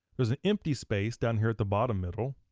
there's an empty space down here at the bottom middle,